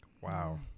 Wow